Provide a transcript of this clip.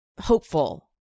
Hopeful